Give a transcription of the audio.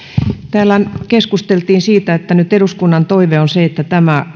täällä keskusteltiin siitä että nyt eduskunnan toive on se että tämä